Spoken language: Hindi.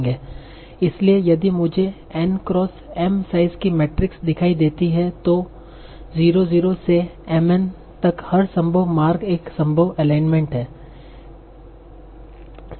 इसलिए यदि मुझे N क्रॉस M साइज़ कि मैट्रिक्स दिखाई देती है तो 0 0 से MN तक हर संभव मार्ग एक संभव एलाइनमेंट है